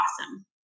awesome